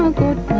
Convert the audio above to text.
good